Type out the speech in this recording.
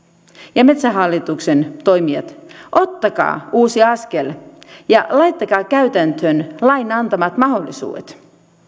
ja metsähallituksen toimijat ottakaa uusi askel ja laittakaa käytäntöön lain antamat mahdollisuudet